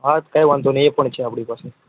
હા તો કાઇ વાંધો નહીં એ પણ છે આપણી પાસે